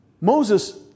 Moses